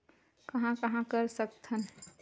कहां कहां कर सकथन?